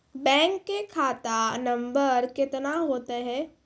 Bank का खाता number कितने होते हैं?